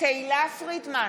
תהלה פרידמן,